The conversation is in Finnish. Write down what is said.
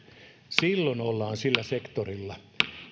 silloin ollaan sillä sektorilla